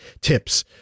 Tips